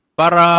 para